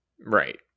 Right